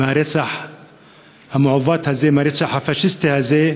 מהרצח המעוות הזה, מהרצח הפאשיסטי הזה,